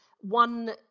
one